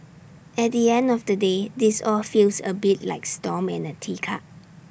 at the end of the day this all feels A bit like storm in A teacup